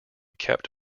kept